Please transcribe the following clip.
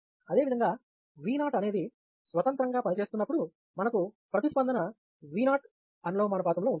అదేవిధంగా V0 అనేది స్వతంత్రంగా పనిచేస్తున్నప్పుడు మనకు ప్రతిస్పందన V0 అనులోమానుపాతంలో ఉంటుంది